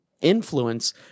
influence